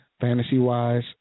Fantasy-wise